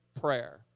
prayer